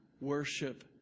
worship